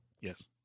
Yes